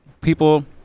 people